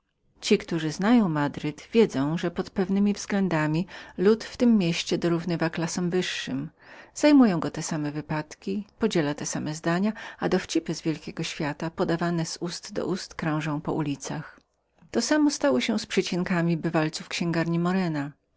ci którzy dobrze znają madryt wiedzą do jakiego stopnia lud w tem mieście jest wykształcony że zajmują go te same wypadki co i klasę wyższą że podziela z nią te same zdania i że dowcipy z wielkiego świata niebawem schodzą i pomiędzy nim krążą to samo stało się z przycinkami wylęgłemi w sklepie morena